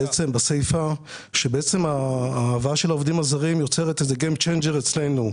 ההבאה של העובדים הזרים יוצרת Game Changer אצלנו: